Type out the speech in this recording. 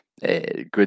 good